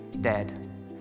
dead